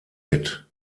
mit